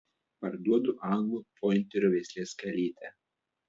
parduodu anglų pointerio veislės kalytę